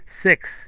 Six